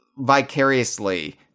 vicariously